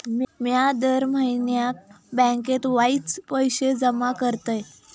मिया दर म्हयन्याक बँकेत वायच पैशे जमा करतय